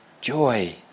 joy